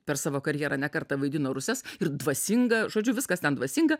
per savo karjerą ne kartą vaidino ruses ir dvasingą žodžiu viskas ten dvasinga